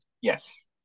yes